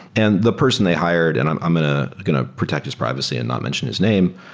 and the person they hired, and i'm i'm going ah going to protect his privacy and not mention his name,